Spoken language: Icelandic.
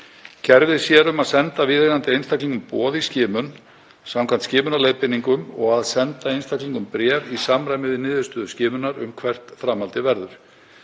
Kerfið sér um að senda viðeigandi einstaklingum boð í skimun samkvæmt skimunarleiðbeiningum og að senda einstaklingum bréf í samræmi við niðurstöðu skimunar um hvert framhaldið verður.